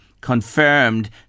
confirmed